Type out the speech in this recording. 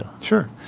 Sure